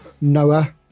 Noah